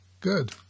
Good